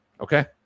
okay